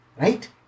Right